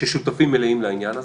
שהם שותפים מלאים לעניין הזה,